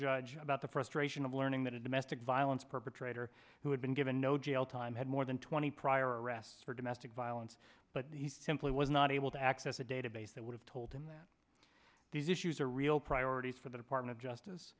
judge about the frustration of learning that a domestic violence perpetrator who had been given no jail time had more than twenty prior arrests for domestic violence but he simply was not able to access a database that would have told him that these issues are real priorities for the department of justice